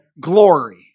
glory